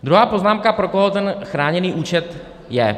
Druhá poznámka, pro koho ten chráněný účet je.